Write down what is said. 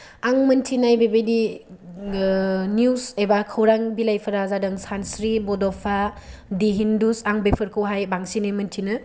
आं मोन्थिनाय बेबायदि निउस एबा खौरांबिलाइफोरा जादों सानस्रि बड'फा दि हिन्दुस आं बेफोरखौहाय बांसिनै मोन्थिनो